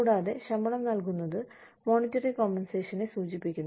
കൂടാതെ ശമ്പളം നൽകുന്നത് മോണിറ്ററി കോമ്പൻസേഷനെ സൂചിപ്പിക്കുന്നു